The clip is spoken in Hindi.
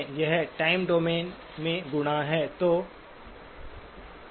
यह टाइम डोमेन में गुणा है